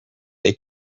they